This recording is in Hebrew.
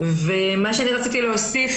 ומה שרציתי להוסיף,